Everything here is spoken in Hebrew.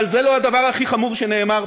אבל זה לא הדבר הכי חמור שנאמר פה,